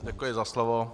Děkuji za slovo.